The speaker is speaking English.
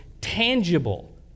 tangible